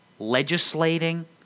legislating